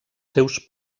seus